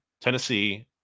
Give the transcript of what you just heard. Tennessee